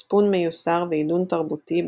מצפון מיוסר ועידון תרבותי,